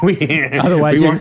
Otherwise